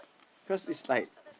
cause is like